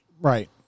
right